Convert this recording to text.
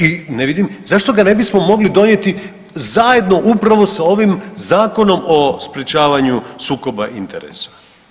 I ne vidim, zašto ga ne bismo mogli donijeti zajedno upravo sa ovim Zakonom o sprječavanju sukoba interesa?